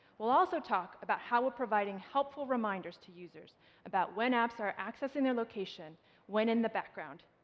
we'll also talk about how we're providing helpful reminders to users about when apps are accessing their location when in the background,